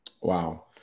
Wow